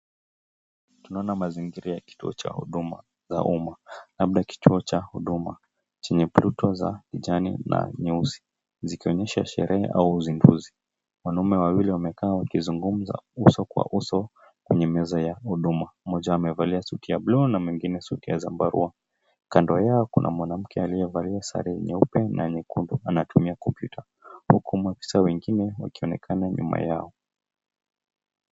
Tunaona mazingira ya kituo cha huduma za umma labda kituo cha huduma chenye mvuto za kijani na nyeusi zikionyesha sherehe au uzinduzi. Wanaume wawili wamekaa wakizungumza uso kwa uso kwenye meza ya huduma. Moja wao amevalia suti ya blue na mwingine suti ya zambarau kando yao kuna mwanamke aliyevalia sare nyeupe na nyekundu anatumia kompyuta huku maafisa wengine wakionekana nyuma yao.